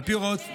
אתה יודע,